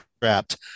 trapped